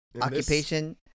occupation